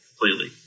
completely